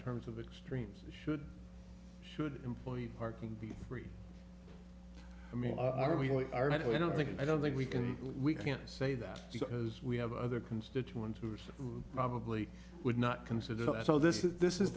terms of extremes should should employee parking be free i mean are we really are i don't think and i don't think we can we can't say that because we have other constituents who was probably would not consider that so this is this is